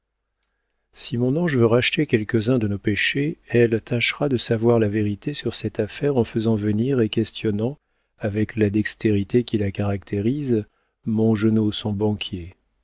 si mon ange veut racheter quelques-uns de nos péchés elle tâchera de savoir la vérité sur cette affaire en faisant venir et questionnant avec la dextérité qui la caractérise mongenod son banquier